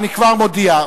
אני כבר מודיע,